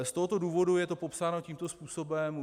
Z tohoto důvodu je to popsáno tímto způsobem.